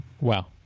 Wow